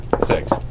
Six